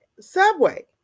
Subway